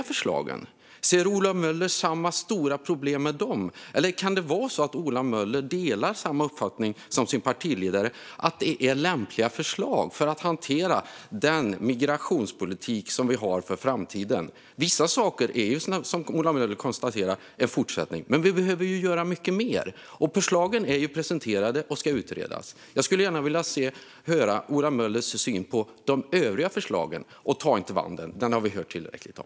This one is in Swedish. Ser Ola Möller samma stora problem med de övriga förslagen, eller kan det vara så att Ola Möller har samma uppfattning som sin partiledare, nämligen att detta är lämpliga förslag för att hantera den migrationspolitik som vi har för framtiden? Vissa saker är ju en fortsättning, som Ola Möller konstaterade, men vi behöver göra mycket mer. Förslagen är presenterade och ska utredas. Jag skulle gärna vilja höra Ola Möllers syn på de övriga förslagen. Och ta inte upp vandeln - den har vi hört tillräckligt om!